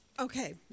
Okay